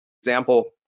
example